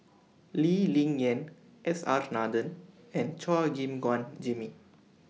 Lee Ling Yen S R Nathan and Chua Gim Guan Jimmy